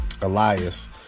Elias